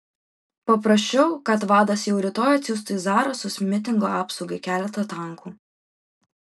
paprašiau kad vadas jau rytoj atsiųstų į zarasus mitingo apsaugai keletą tankų